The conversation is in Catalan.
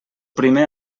primer